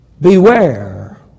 Beware